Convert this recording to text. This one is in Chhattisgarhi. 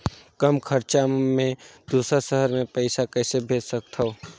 कम खरचा मे दुसर शहर मे पईसा कइसे भेज सकथव?